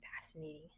fascinating